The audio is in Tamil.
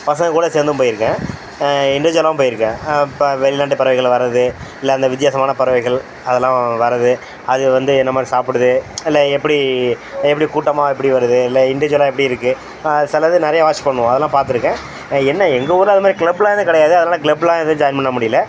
பசங்கக்கூட சேர்ந்தும் போயிருக்கேன் இண்டிஜுவலாவும் போயிருக்கேன் அப்போ வெளிநாட்டுப் பறவைகள் வர்றது இல்லை அந்த வித்தியாசமான பறவைகள் அதெலாம் வர்றது அது வந்து என்ன மாதிரி சாப்பிடுது இல்லை எப்படி எப்படி கூட்டமாக எப்படி வருது இல்லை இண்டிஜுவலாக எப்படி இருக்குது சிலது நிறையா வாட்ச் பண்ணுவோம் அதெலாம் பார்த்துருக்கேன் என்ன எங்கள் ஊரில் அது மாதிரி க்ளப்லாம் எதுவும் கிடையாது அதனால க்ளப்லாம் எதுவும் ஜாயின் பண்ண முடியலை